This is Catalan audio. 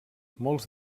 molts